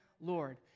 Lord